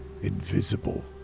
invisible